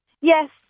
Yes